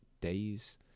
days